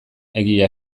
egia